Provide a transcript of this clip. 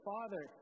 Father